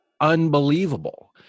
unbelievable